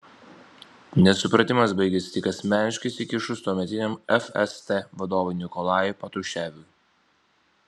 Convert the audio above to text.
nesupratimas baigėsi tik asmeniškai įsikišus tuometiniam fst vadovui nikolajui patruševui